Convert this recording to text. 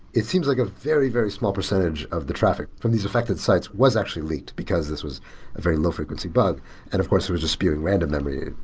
it seems like a very, very small percentage of the traffic from these affected sites was actually leaked, because this was a very low frequency bug and, of course, there was a spewing random memory,